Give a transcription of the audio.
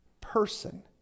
person